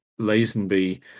Lazenby